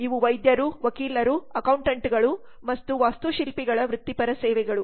ಇವು ವೈದ್ಯರು ವಕೀಲರು ಅಕೌಂಟೆಂಟ್ ಗಳು ಮತ್ತು ವಾಸ್ತುಶಿಲ್ಪಿಗಳ ವೃತ್ತಿಪರ ಸೇವೆಗಳು